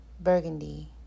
burgundy